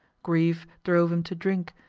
grief drove him to drink,